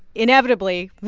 inevitably,